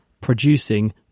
producing